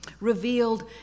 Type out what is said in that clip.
revealed